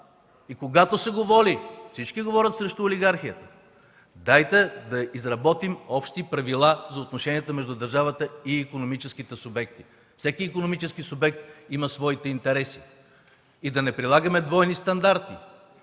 И когато се говори – всички говорят срещу олигархията, дайте да изработим общи правила за отношенията между държавата и икономическите субекти. Всеки икономически субект има своите интереси. И да не прилагаме двойни стандарти